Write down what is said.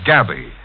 Gabby